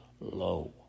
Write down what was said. low